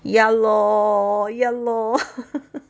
ya lor ya lor